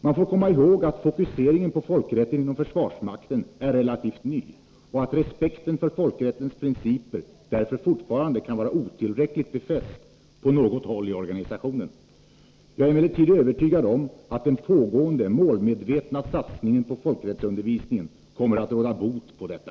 Man får komma ihåg att fokuseringen på folkrätten inom försvarsmakten är relativt ny och att respekten för folkrättens principer därför fortfarande kan vara otillräckligt befäst på något håll i organisationen. Jag är emellertid övertygad om att den pågående målmedvetna satsningen på folkrättsundervisningen kommer att råda bot på detta.